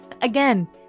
Again